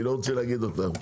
אני לא רוצה להגיד אותם.